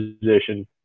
position